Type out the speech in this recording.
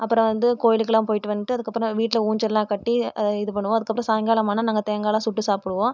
அப்புறம் வந்து கோயிலுக்குலாம் போய்ட்டு வந்துட்டு அதுக்கப்புறம் வீட்டில ஊஞ்சல்லாம் கட்டி அதை இது பண்ணுவோம் அதுக்கப்புறம் சாய்ங்காலம் ஆனால் நாங்கள் தேங்காய்லாம் சுட்டு சாப்பிடுவோம்